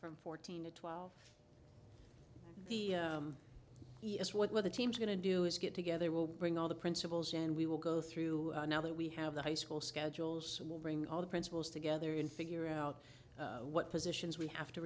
from fourteen to twelve the yes what were the teams going to do is get together will bring all the principals and we will go through now that we have the high school schedules will bring all the principals together in figure out what positions we have to